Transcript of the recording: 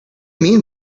mean